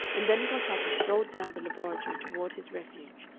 and then got up and strolled down the laboratory toward his refuge,